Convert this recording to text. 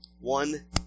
one